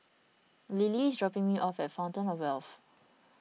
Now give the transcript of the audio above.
Lily is dropping me off at Fountain of Wealth